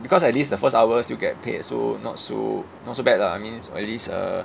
because at least the first hours you get paid so not so not so bad lah I means uh at least uh